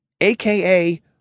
AKA